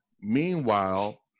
meanwhile